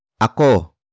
Ako